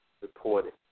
reported